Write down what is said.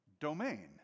domain